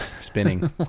spinning